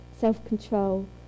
self-control